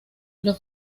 los